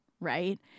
right